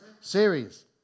series